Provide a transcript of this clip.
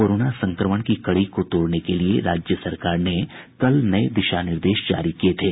corona संक्रमण की कड़ी को तोड़ने के लिए राज्य सरकार ने कल नये दिशा निर्देश जारी किये थे